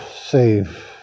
Save